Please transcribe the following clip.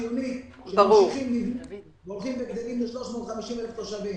הולכים וגדלים ל-350,000 תושבים.